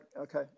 okay